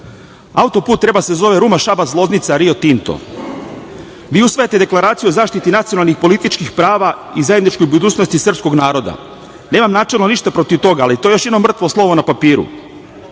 treba da se zove Ruma – Šabac – Loznica - Rio Tinto. Vi usvajate Deklaraciju o zaštiti nacionalnih i političkih prava i zajedničku budućnost i srpskog naroda. Nemam načelno ništa protiv toga, ali to je još ima mrtvo slovo na papiru,